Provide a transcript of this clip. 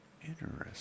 Interesting